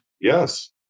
Yes